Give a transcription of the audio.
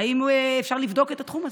האם אפשר לבדוק את התחום הזה?